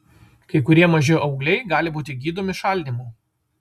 kai kurie maži augliai gali būti gydomi šaldymu